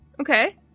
Okay